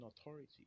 authority